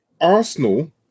Arsenal